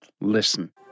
Listen